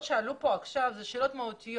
יודעים שהרשויות המקומיות נותנות הרבה מאוד.